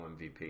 MVP